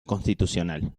constitucional